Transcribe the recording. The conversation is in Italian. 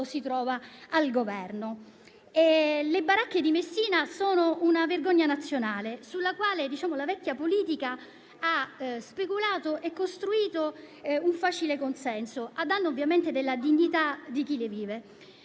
si trova al Governo: le baracche di Messina sono una vergogna nazionale sulla quale la vecchia politica ha speculato e costruito un facile consenso, a danno ovviamente della dignità di chi vi